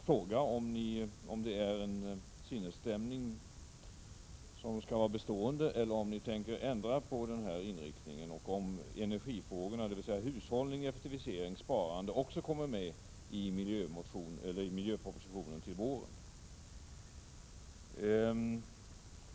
Är detta en sinnesstämning som kommer att bli bestående eller tänker ni ändra denna inriktning? Kommer energifrågorna, dvs. hushållning, effektivisering och sparande också att tas upp i miljöpropositionen i vår?